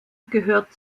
gehört